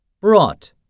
Brought